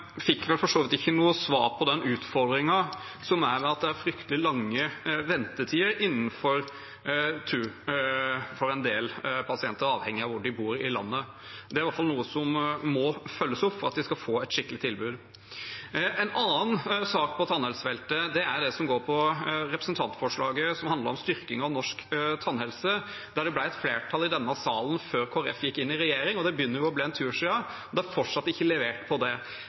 den utfordringen, om at det er fryktelig lange ventetider for en del pasienter, avhengig av hvor i landet de bor. Det er i hvert fall noe som må følges opp for at de skal få et skikkelig tilbud. En annen sak på tannhelsefeltet gjelder representantforslaget som handlet om styrking av norsk tannhelse, der det ble et flertall i denne salen før Kristelig Folkeparti gikk inn i regjering, og det begynner jo å bli en stund siden. Det er fortsatt ikke levert på det.